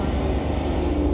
mm mm mm